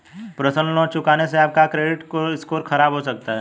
personal loan न चुकाने से आप का क्रेडिट स्कोर खराब हो सकता है